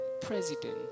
president